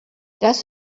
das